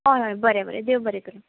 हय हय बरें बरें देव बरें करूं